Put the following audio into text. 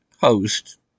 host